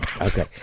Okay